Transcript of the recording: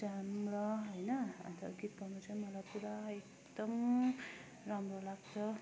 जाउँला होइन अन्त गीत गाउनु चाहिँ मलाई पुरा मलाई एकदम राम्रो लाग्छ